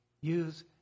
Use